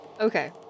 Okay